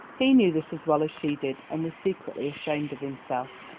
he knew this as well as she did and was secretly ashamed of himself.